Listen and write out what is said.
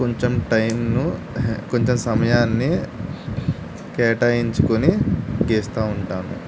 కొంచెం టైంను కొంచెం సమయాన్ని కేటాయించుకొని గీస్తూ ఉంటాను